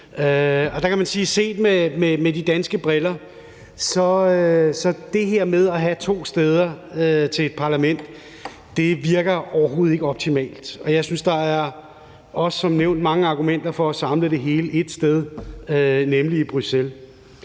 cirkus. Man kan sige, at set med danske briller virker det her med at have to steder til et parlament overhovedet ikke optimalt, og jeg synes, at der som nævnt er mange argumenter for at samle det hele ét sted, nemlig i Bruxelles.